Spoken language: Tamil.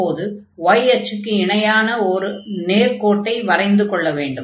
அப்போது y அச்சுக்கு இணையான ஒரு நேர்க்கோட்டை வரைந்து கொள்ள வேண்டும்